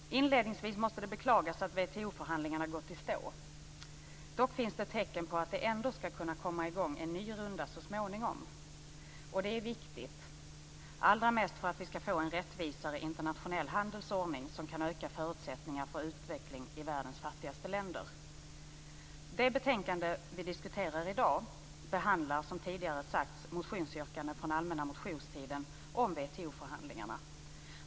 Fru talman! Inledningsvis måste jag beklaga att WTO-förhandlingarna har gått i stå. Dock finns det tecken på att det ändå ska kunna komma i gång en ny runda så småningom. Det är viktigt - allra mest för att vi ska få en rättvisare internationell handelsordning som kan öka förutsättningarna för utveckling i världens fattigaste länder. Det betänkande vi diskuterar i dag behandlar, som tidigare har sagts, motionsyrkanden från allmänna motionstiden om WTO-förhandlingarna.